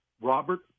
Robert